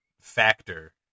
factor